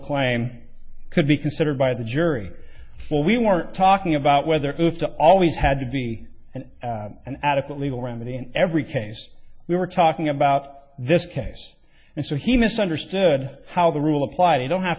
claim could be considered by the jury but we weren't talking about whether the always had to be and an adequate legal remedy in every case we were talking about this case and so he misunderstood how the rule applied you don't have